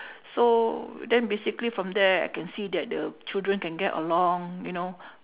so then basically from there I can see that the children can get along you know